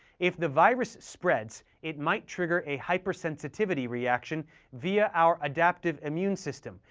if the virus spreads, it might trigger a hypersensitivity reaction via our adaptive immune system,